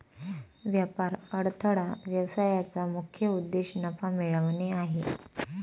व्यापार अडथळा व्यवसायाचा मुख्य उद्देश नफा मिळवणे आहे